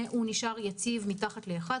שנשאר יציב מתחת ל-1.